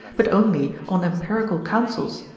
but only on empirical counsels,